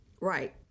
Right